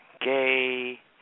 gay